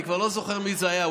אני כבר לא זוכר מי זה היה,